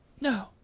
No